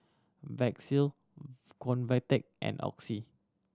Vagisil Convatec and Oxy